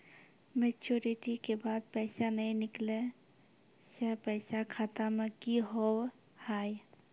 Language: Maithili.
मैच्योरिटी के बाद पैसा नए निकले से पैसा खाता मे की होव हाय?